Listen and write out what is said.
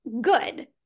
good